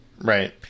Right